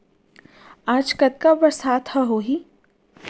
आज कतका बरसात ह होही?